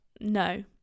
no